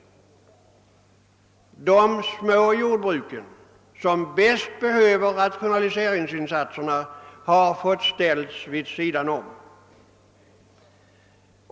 De små jordbruken, som bäst behöver rationaliseringsinsatserna, har ställts vid sidan.